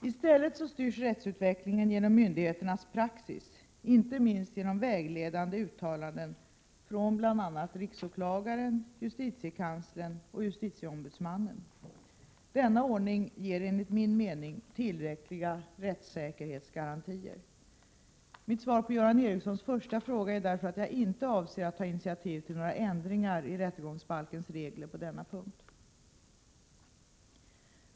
I stället styrs rättsutveck lingen genom myndigheternas praxis, inte minst genom vägledande uttalanden från bl.a. riksåklagaren, justitiekanslern och justitieombudsmannen. Denna ordning ger enligt min mening tillräckliga rättssäkerhetsgarantier. Mitt svar på Göran Ericssons första fråga är därför att jag inte avser att ta initiativ till några ändringar i rättegångsbalkens regler på denna punkt.